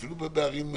אפילו בערים,